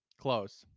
Close